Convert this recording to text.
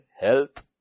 health